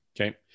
okay